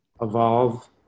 evolve